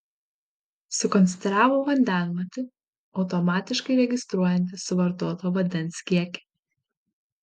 sukonstravo vandenmatį automatiškai registruojantį suvartoto vandens kiekį